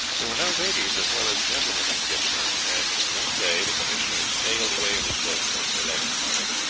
there were now ladies as well as gentlemen in gippsland, and one day the commissioner sailed away in his boat with a select party.